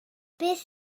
beth